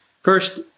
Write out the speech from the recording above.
First